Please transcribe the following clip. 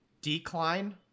decline